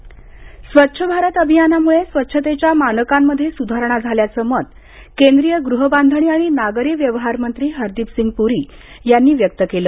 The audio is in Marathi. हरदीप पुरी स्वच्छ भारत अभियानामुळे स्वच्छतेच्या मानकांमध्ये सुधारणा झाल्याचं मत केंद्रीय गृहबांधणी आणि नागरी व्यवहार मंत्री हरदीप सिंग पुरी यांनी व्यक्त केलं